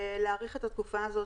להאריך את התקופה הזאת,